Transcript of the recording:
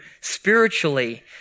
spiritually